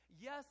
Yes